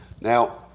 Now